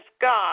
God